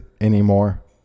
anymore